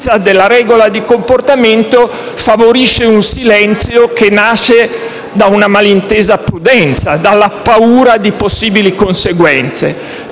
l'indeterminatezza della regola di comportamento favorisce un silenzio che nasce da una malintesa prudenza, dalla paura di possibili conseguenze.